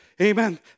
Amen